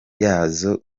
yazo